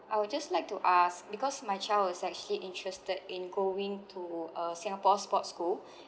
I would just like to ask because my child is actually interested in going to uh singapore sports school